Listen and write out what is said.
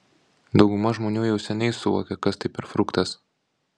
dauguma žmonių jau seniai suvokė kas tai per fruktas